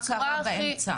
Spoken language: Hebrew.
מה קרה באמצע.